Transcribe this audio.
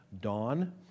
Dawn